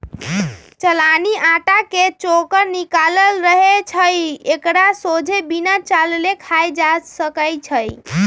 चलानि अटा के चोकर निकालल रहै छइ एकरा सोझे बिना चालले खायल जा सकै छइ